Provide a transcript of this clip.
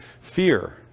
fear